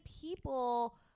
people